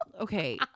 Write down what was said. Okay